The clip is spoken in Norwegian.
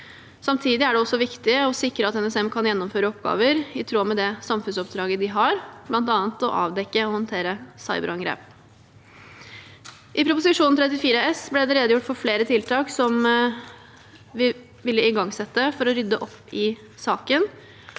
Samtidig er det også viktig å sikre at NSM kan gjennomføre oppgaver i tråd med det samfunnsoppdraget de har, bl.a. å avdekke og håndtere cyberangrep. I Prop. 34 S for 2023–2024 ble det redegjort for flere tiltak som vi ville igangsette for å rydde opp i saken.